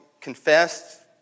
confessed